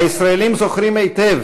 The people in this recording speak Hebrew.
הישראלים זוכרים היטב